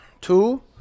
two